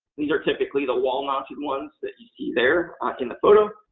these are typically the wall-mounted ones that you see there in the photo.